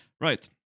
Right